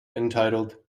entitled